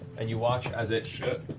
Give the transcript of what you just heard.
and you watch as it